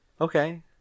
Okay